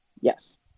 Yes